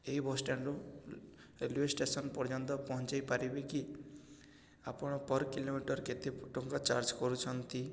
ଏହି ବସ୍ ଷ୍ଟାଣ୍ଡରୁ railway station ପର୍ଯ୍ୟନ୍ତ ପହଞ୍ଚେଇ ପାରିବି କି ଆପଣ ପର୍ କିଲୋମିଟର କେତେ ଟଙ୍କା ଚାର୍ଜ କରୁଛନ୍ତି